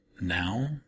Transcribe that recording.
now